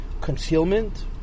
concealment